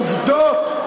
עובדות.